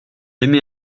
émet